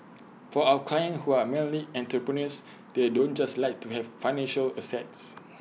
for our clients who are mainly entrepreneurs they don't just like to have financial assets